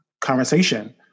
conversation